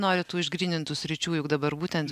nori tų išgrynintų sričių juk dabar būtent